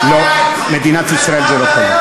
מה הבעיה עם זה?